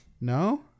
No